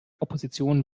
opposition